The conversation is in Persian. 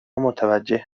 متوجه